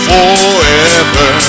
Forever